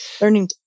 learning